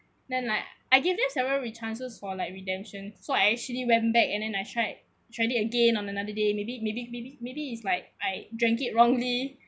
then like I give this several chances for like redemption so I actually went back and then I tried tried it again on another day maybe maybe maybe maybe is like I drank it wrongly